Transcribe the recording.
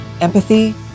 empathy